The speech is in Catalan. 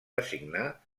designar